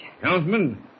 Councilman